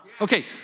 Okay